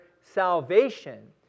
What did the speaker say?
salvation